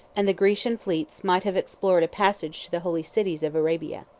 and the grecian fleets might have explored a passage to the holy cities of arabia.